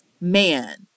man